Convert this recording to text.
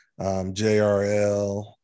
JRL